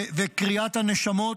וקריעת הנשמות,